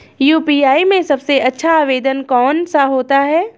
UPI में सबसे अच्छा आवेदन कौन सा होता है?